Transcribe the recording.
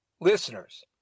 listeners